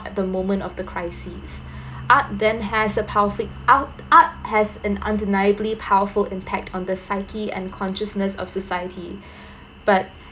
at the moment of the crisis art then has a powerful ar~ art has an undeniably powerful impact on the psyche and consciousness of the society but